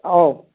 आउ